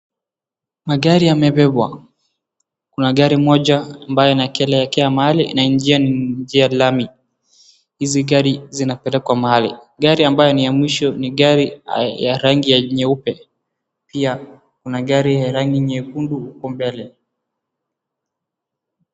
Magari yamebebwa, kuna gari moja ambaye inaelekea mahali ambaye inaingia ni njia ya lami hizi gari zinapelekwa mahali, gari ambayo ni ya mwisho ni gari ya rangi nyeupe pia kuna gari ya rangi nyekundu huku mbele.